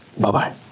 Bye-bye